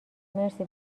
مرسی